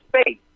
space